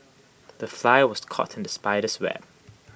the fly was caught in the spider's web